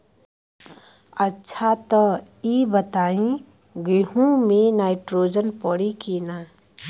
अच्छा त ई बताईं गेहूँ मे नाइट्रोजन पड़ी कि ना?